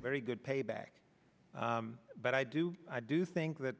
very good payback but i do i do think that